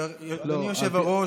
אדוני יושב-הראש,